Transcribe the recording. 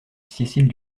cécile